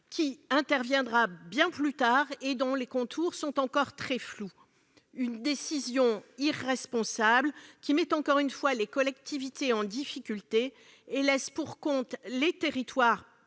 qui interviendra bien plus tard, et dont les contours sont encore très flous. Cette décision irresponsable met encore une fois les collectivités en difficulté et laisse pour compte les territoires